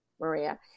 Maria